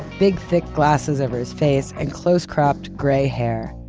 big thick glasses over his face, and close-cropped gray hair.